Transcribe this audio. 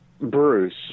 bruce